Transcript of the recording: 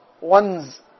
one's